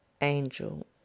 angel